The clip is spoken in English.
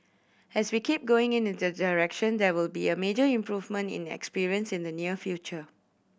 as we keep going in the the direction there will be a major improvement in experience in the near future